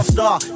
Star